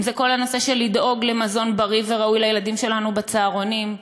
אם כל הנושא של מזון בריא וראוי לילדים שלנו בצהרונים,